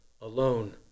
alone